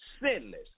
sinless